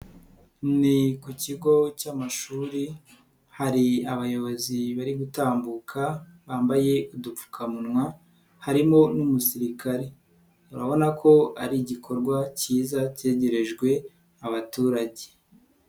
Ni ku kigo cy'amashuri hari abayobozi bari gutambuka, bambaye udupfukamunwa harimo n'umusirikare, urabona ko ari igikorwa cyiza cyegerejwe abaturage.